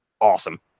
awesome